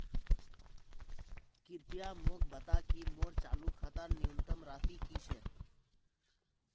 कृपया मोक बता कि मोर चालू खातार न्यूनतम राशि की छे